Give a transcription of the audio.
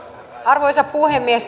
arvoisa puhemies